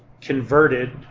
converted